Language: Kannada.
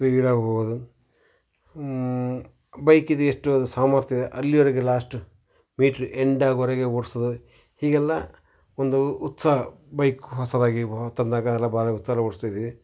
ಸ್ಪೀಡಾಗಿ ಹೋಗೋದು ಬೈಕಿದು ಎಷ್ಟು ಸಾಮರ್ಥ್ಯ ಇದೆ ಅಲ್ಲೀವರೆಗೆ ಲಾಸ್ಟು ಮೀಟ್ರ್ ಎಂಡಾಗೋವರೆಗೆ ಓಡ್ಸೋದು ಹೀಗೆಲ್ಲ ಒಂದು ಉತ್ಸಾಹ ಬೈಕ್ ಹೊಸದಾಗಿ ತಂದಾಗ ಎಲ್ಲ ಭಾಳ ಉತ್ಸಾಹದಲ್ಲಿ ಓಡಿಸ್ತಾ ಇದ್ವಿ